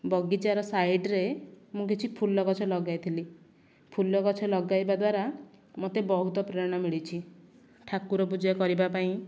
ବଗିଚାର ସାଇଡ଼୍ରେ ମୁଁ କିଛି ଫୁଲ ଗଛ ଲଗାଇଥିଲି ଫୁଲ ଗଛ ଲଗାଇବା ଦ୍ଵାରା ମୋତେ ବହୁତ ପ୍ରେରଣା ମିଳିଛି ଠାକୁର ପୂଜା କରିବା ପାଇଁ